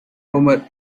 homer